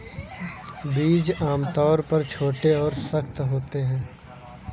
बीज आमतौर पर छोटे और सख्त होते हैं